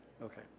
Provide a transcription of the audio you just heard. Okay